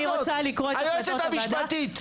היועצת המשפטית.